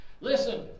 Listen